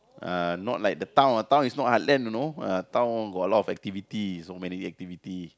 uh not like the town ah town is not heartland you know ah town got a lot of activities so many activity